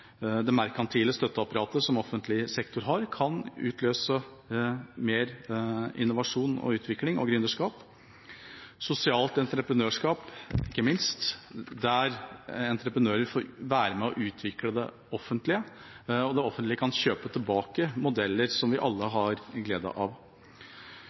det merkantile støtteapparatet som offentlig sektor har, kan utløse mer innovasjon, utvikling og gründerskap. Ikke minst sosialt entreprenørskap, der entreprenører får være med og utvikle offentlig sektor og offentlig sektor kan kjøpe tilbake modeller som vi alle